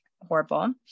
horrible